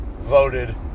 voted